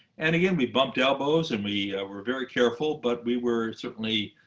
and again, we bumped elbows. and we were very careful. but we were certainly